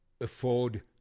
afford